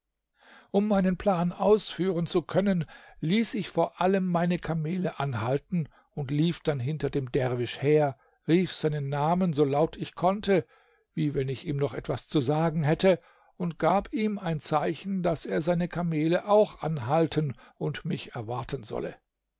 um meinen plan ausführen zu können ließ ich vor allem meine kamele anhalten und lief dann hinter dem derwisch her rief seinen namen so laut ich konnte wie wenn ich ihm noch etwas zu sagen hätte und gab ihm ein zeichen daß er seine kamele auch anhalten und mich erwarten solle